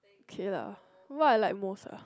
K lah what I like most ah